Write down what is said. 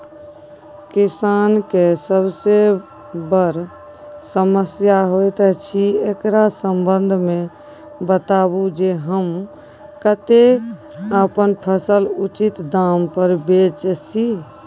किसान के सबसे बर समस्या होयत अछि, एकरा संबंध मे बताबू जे हम कत्ते अपन फसल उचित दाम पर बेच सी?